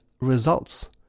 results